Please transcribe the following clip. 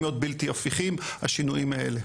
להיות בלתי הפיכים השינויים האלה.